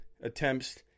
attempts